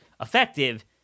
effective